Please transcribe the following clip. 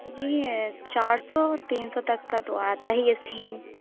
جی ہے چار سو تین سو تک کا تو آتا ہی ہے سم